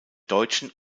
deutschen